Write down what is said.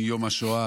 מיום השואה